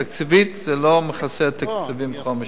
תקציבית זה לא מכסה את תקציבי חומש.